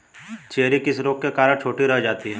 Cherry किस रोग के कारण छोटी रह जाती है?